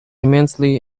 immensely